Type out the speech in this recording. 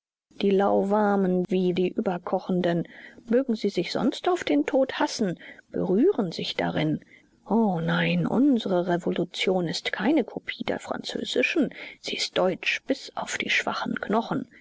die lauwarmen wie die überkochenden mögen sie sich sonst auf den tod hassen berühren sich darin o nein unsere revolution ist keine kopie der französischen sie ist deutsch bis auf die schwachen knochen